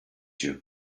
you